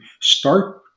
start